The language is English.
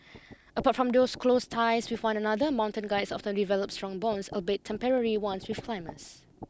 apart from those close ties with one another mountain guides often develop strong bonds albeit temporary ones with climbers